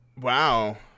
Wow